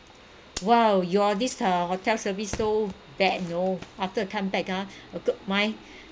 !wow! your this uh hotel service so bad you know after come back ah occur my